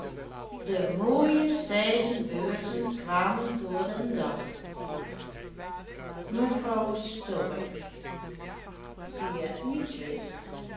de mooie zijden beurzen kwamen voor den dag mevrouw stork die het niet wist